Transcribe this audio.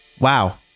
Wow